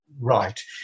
Right